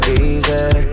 easy